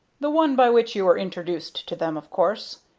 the one by which you were introduced to them, of course.